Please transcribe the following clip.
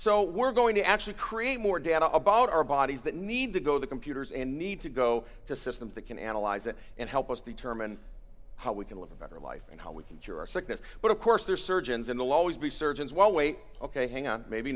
so we're going to actually create more data about our bodies that need to go to the computers and need to go to systems that can analyze it and help us determine how we can live a better life and how we can cure sickness but of course there's surgeons in the laws be surgeons well wait ok hang on maybe